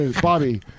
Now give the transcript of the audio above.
Bobby